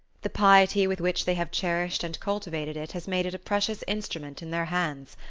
the piety with which they have cherished and cultivated it has made it a precious instrument in their hands.